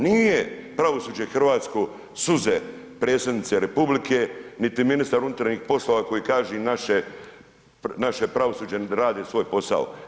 Nije pravosuđe hrvatsko suze predsjednice republike, niti ministar unutarnjih poslova koji kaže naše pravosuđe radi svoj posao.